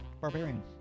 Barbarian